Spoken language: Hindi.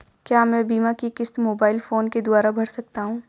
क्या मैं बीमा की किश्त मोबाइल फोन के द्वारा भर सकता हूं?